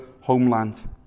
homeland